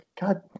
God